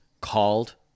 called